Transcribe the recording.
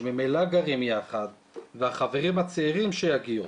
שממילא גרים יחד והחברים הצעירים שיגיעו.